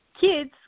kids